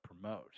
promote